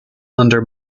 under